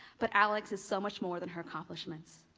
but alex is so much more than her accomplishments,